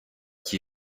qui